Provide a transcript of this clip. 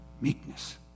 Meekness